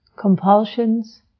compulsions